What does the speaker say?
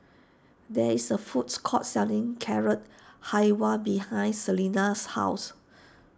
there is a foods court selling Carrot Halwa behind Selina's house